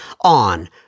on